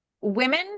women